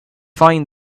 find